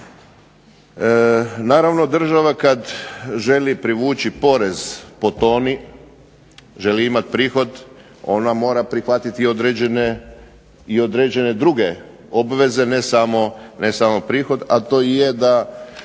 Naravno država kada želi privući porez po toni želi imati prihod, ona mora prihvatiti i određene druge obveze ne samo prihod, a to je da